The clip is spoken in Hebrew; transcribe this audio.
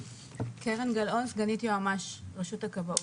אני קרן גלאון, סגנית יועמ"ש רשות הכבאות.